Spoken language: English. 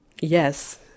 Yes